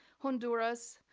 honduras,